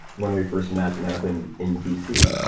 when we first met met up in in dc,